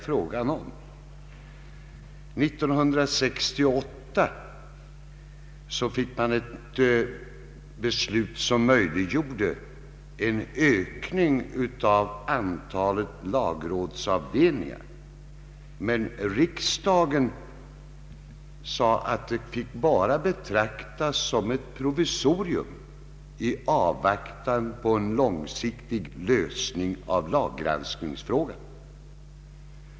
År 1968 fattades ett beslut som möjliggjorde en ökning av antalet lagrådsavdelningar. Men riksdagen sade att denna ökning bara fick betraktas som ett provisorium i avvaktan på en långsiktig lösning av laggranskningsfrågan.